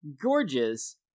gorgeous